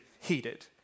heated